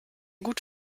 gut